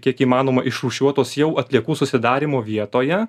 kiek įmanoma išrūšiuotos jau atliekų susidarymo vietoje